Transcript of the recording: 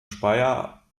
speyer